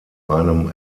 einem